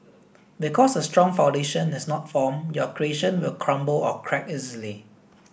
because a strong foundation is not formed your creation will crumble or crack easily